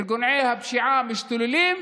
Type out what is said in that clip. ארגוני הפשיעה משתוללים,